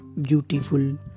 beautiful